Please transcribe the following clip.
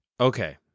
Okay